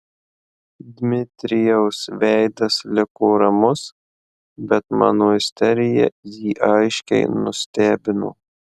dmitrijaus veidas liko ramus bet mano isterija jį aiškiai nustebino